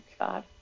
God